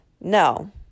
No